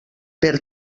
per